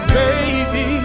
baby